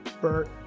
Bert